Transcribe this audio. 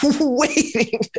waiting